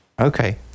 Okay